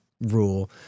rule